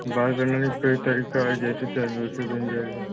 बाल बनाने के कई तरीक़े है जैसे चाहिए वैसे बन जाएगा